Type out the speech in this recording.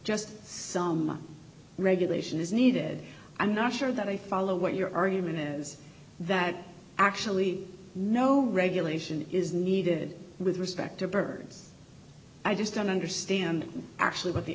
just some regulation is needed i'm not sure that i follow what your argument is that actually no regulation is needed with respect to birds i just don't understand actually what the